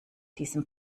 diesem